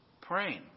praying